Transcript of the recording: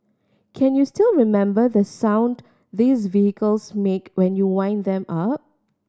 can you still remember the sound these vehicles make when you wind them up